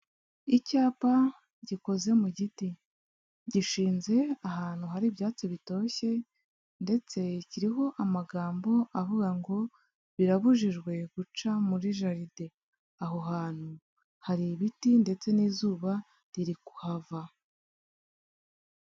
Icyapa gikoze mu giti, gishinze ahantu hari ibyatsi bitoshye ndetse kiriho amagambo avuga ngo birabujijwe guca muri jaride, aho hantu hari ibiti ndetse n'izuba riri kuhava.